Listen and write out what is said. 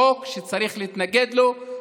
חוק שצריך להתנגד לו,